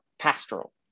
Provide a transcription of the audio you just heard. pastoral